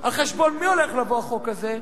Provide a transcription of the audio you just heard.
על חשבון מי הולך לבוא החוק הזה?